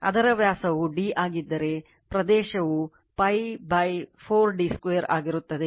ಅದರ ವ್ಯಾಸವು d ಆಗಿದ್ದರೆ ಪ್ರದೇಶ ವು π 4 d 2 ಆಗಿರುತ್ತದೆ